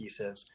adhesives